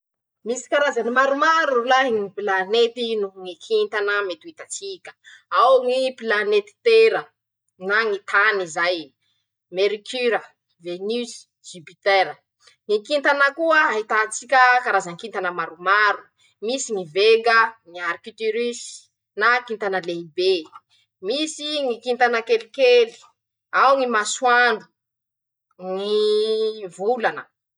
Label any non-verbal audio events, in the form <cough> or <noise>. Misy karazany maromaro rolahy. <shushes> ñy pilanety noho ñy kintana mety hitatsika: ao ñy pilanety tera na ñy tany zay, merikura, venisy, zipitera, ñy kintana koa ahitatsika karazan-kintana maromaro: misy ñy vega, ñy arkitirisy na kintana lehibe. <shushes> misy ñy kintana kelikely, ao ñy masoandro, ñyyy volana.